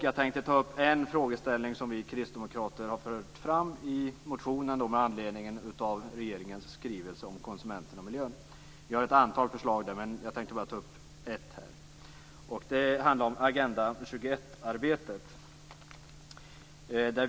Jag tänkte ta upp en frågeställning som vi kristdemokrater har fört fram i motionen med anledning av regeringens skrivelse om konsumenten och miljön. Vi har ett antal förslag, men jag tänkte här bara ta upp ett. Det handlar om Agenda 21-arbetet.